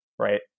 Right